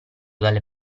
dalle